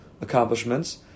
accomplishments